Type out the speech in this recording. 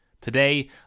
Today